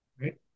right